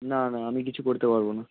না না আমি কিছু করতে পারব না